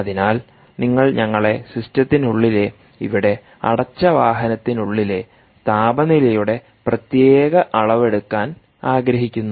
അതിനാൽ നിങ്ങൾ സിസ്റ്റത്തിനുള്ളിലെ ഇവിടെ അടച്ച വാഹനത്തിനുള്ളിലെ താപനിലയുടെ പ്രത്യേക അളവെടുക്കാൻ ആഗ്രഹിക്കുന്നു